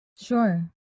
sure